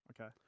Okay